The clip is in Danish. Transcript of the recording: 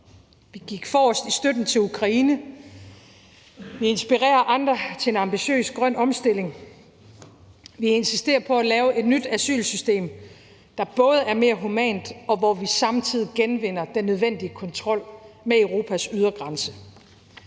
Vi gik forrest i støtten til Ukraine. Vi inspirerer andre til en ambitiøs grøn omstilling. Vi insisterer på at lave et nyt asylsystem, der både er mere humant, og hvor vi samtidig genvinder den nødvendige kontrol med Europas ydre grænser.